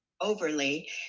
overly